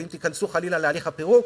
ואם תיכנסו, חלילה, להליך הפירוק,